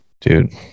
Dude